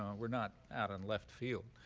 we're not out in left field.